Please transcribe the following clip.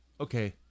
okay